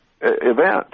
event